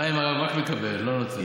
מים הוא רק מקבל, לא נותן.